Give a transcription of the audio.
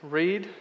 read